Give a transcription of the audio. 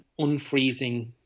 unfreezing